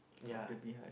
ya